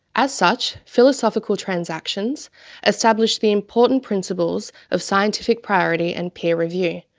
as such, philosophical transactions established the important principles of scientific priority and peer review,